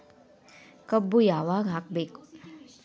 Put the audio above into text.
ಕಬ್ಬು ಯಾವಾಗ ಹಾಕಬೇಕು?